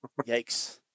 Yikes